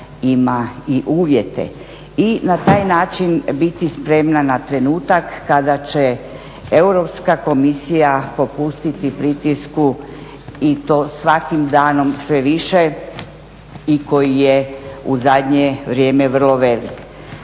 ima i uvjete. I na taj način biti spremna na trenutak kada će Europska komisija popustiti pritisku i to svakim danom sve više i koji je u zadnje vrijeme vrlo velik.